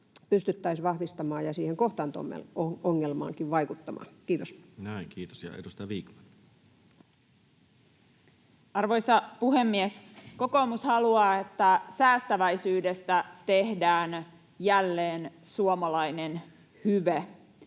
pystyttäisiin vahvistamaan ja siihen kohtaanto-ongelmaankin vaikuttamaan. — Kiitos. Näin, kiitos. — Edustaja Vikman. Arvoisa puhemies! Kokoomus haluaa, että säästäväisyydestä tehdään jälleen suomalainen hyve.